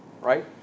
right